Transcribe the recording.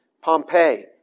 Pompeii